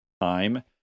time